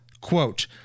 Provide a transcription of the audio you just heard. Quote